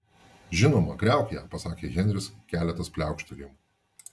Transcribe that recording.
žinoma griauk ją pasakė henris keletas pliaukštelėjimų